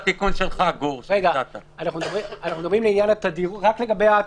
אנחנו מדברים רק לגבי התושבים.